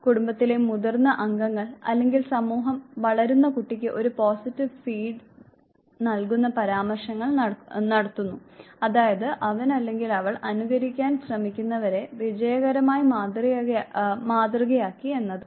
കുടുംബത്തിലെ മുതിർന്ന അംഗങ്ങൾ അല്ലെങ്കിൽ സമൂഹം വളരുന്ന കുട്ടിക്ക് ഒരു പോസിറ്റീവ് ഫീഡ് നൽകുന്ന പരാമർശങ്ങൾ നടത്തുന്നു അതായത് അവൻ അല്ലെങ്കിൽ അവൾ അനുകരിക്കാൻ ശ്രമിക്കുന്നവരെ വിജയകരമായി മാതൃകയാക്കി എന്നത്